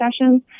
sessions